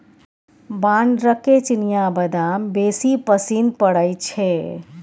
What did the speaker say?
बानरके चिनियाबदाम बेसी पसिन पड़य छै